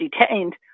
detained